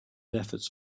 efforts